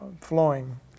flowing